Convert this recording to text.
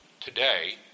today